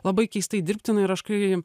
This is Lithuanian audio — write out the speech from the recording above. labai keistai dirbtina ir aš kai